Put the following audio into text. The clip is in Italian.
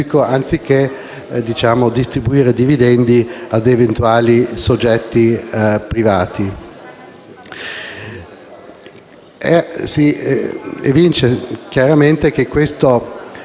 anziché a distribuire dividendi a eventuali soggetti privati.